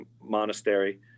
monastery